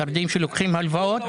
חרדים שלוקחים הלוואות.